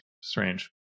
strange